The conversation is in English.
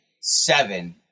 seven